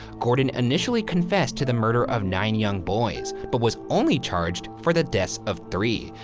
gordon initially confessed to the murder of nine young boys, but was only charged for the deaths of three.